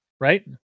Right